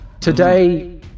Today